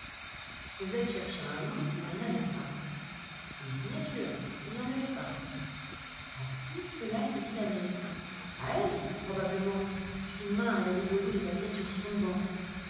cosette chercha un nom il n'y en avait pas une signature il n'y en avait pas à qui cela était-il adressé à elle probablement puisqu'une main avait déposé le paquet sur son banc